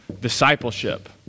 discipleship